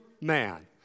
man